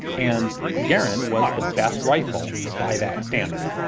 and the garand was the best rifle by that standard,